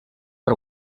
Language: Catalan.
per